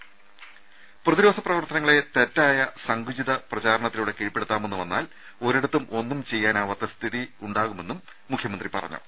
രുമ പ്രതിരോധ പ്രവർത്തനങ്ങളെ തെറ്റായ സങ്കുചിത പ്രചാരണത്തിലൂടെ കീഴ്പ്പെടുത്താമെന്ന് വന്നാൽ ഒരിടത്തും ഒന്നും ചെയ്യാനാവാത്ത സ്ഥിതിയുണ്ടാവുമെന്ന് മുഖ്യമന്ത്രി പറഞ്ഞു